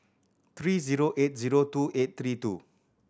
three zero eight zero two eight three two